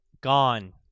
Gone